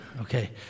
Okay